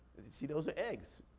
see, those are eggs.